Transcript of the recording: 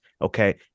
Okay